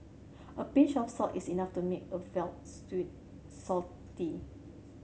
a pinch of salt is enough to make a veal stew